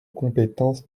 compétence